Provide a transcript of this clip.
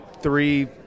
three